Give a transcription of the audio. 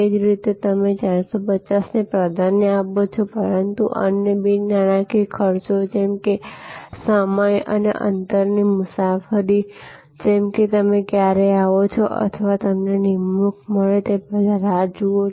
તે જ રીતે તમે 450 ને પ્રાધાન્ય આપો છો પરંતુ અન્ય બિન નાણાકીય ખર્ચો છે જેમ કે સમય જેમ કે અંતરની મુસાફરી જેમ કે તમે ક્યારે આવો છો અથવા તમને નિમણૂક મળે તે પહેલાં રાહ જુઓ